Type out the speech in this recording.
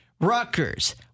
Rutgers